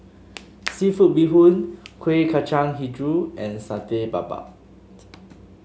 seafood Bee Hoon Kueh Kacang hijau and Satay Babat